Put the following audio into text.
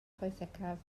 pwysicaf